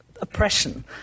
oppression